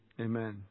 Amen